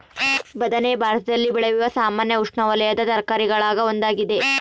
ಬದನೆ ಭಾರತದಲ್ಲಿ ಬೆಳೆಯುವ ಸಾಮಾನ್ಯ ಉಷ್ಣವಲಯದ ತರಕಾರಿಗುಳಾಗ ಒಂದಾಗಿದೆ